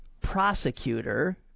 prosecutor